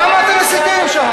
למה אתם מסיתים שם?